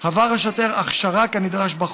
עבור ליחס האלים והבריוני כלפי המפגינים,